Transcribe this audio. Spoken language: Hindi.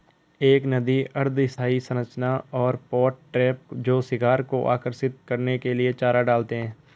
एक नदी अर्ध स्थायी संरचना और पॉट ट्रैप जो शिकार को आकर्षित करने के लिए चारा डालते हैं